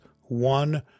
one